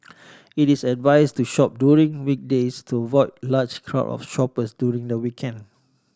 it is advise to shop during weekdays to avoid large crowd of shoppers during the weekend